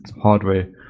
hardware